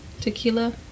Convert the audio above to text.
tequila